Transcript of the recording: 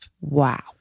Wow